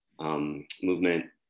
movement